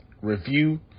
review